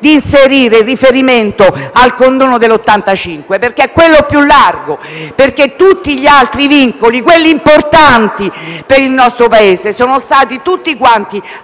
di inserire il riferimento al condono del 1985: perché è quello più ampio, visto che tutti gli altri vincoli, quelli importanti per il nostro Paese, sono stati tutti